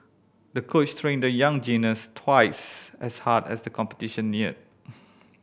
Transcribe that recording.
the coach trained the young gymnast twice as hard as the competition neared